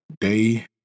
Day